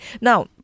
Now